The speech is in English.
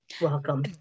Welcome